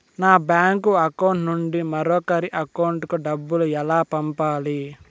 నా bank account నుండి మరొకరి అకౌంట్ కు డబ్బులు ఎలా పంపాలి